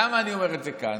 למה אני אומר את זה כאן?